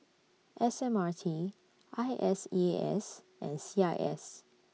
S M R T I S E A S and C I S